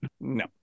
No